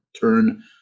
turn